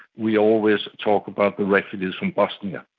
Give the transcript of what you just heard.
we always talk about the refugees from bosnia.